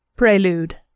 Prelude